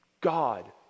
God